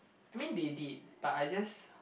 I mean they did but I just